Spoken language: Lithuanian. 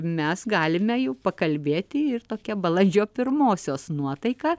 mes galime jau pakalbėti ir tokia balandžio pirmosios nuotaika